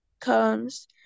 comes